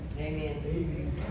Amen